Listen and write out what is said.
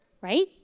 right